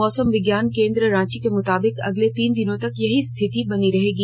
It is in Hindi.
मौसम विज्ञान केंद्र रांची के मुताबिक अगले तीन दिनों तक यही स्थिति बनी रहेगी